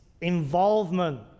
involvement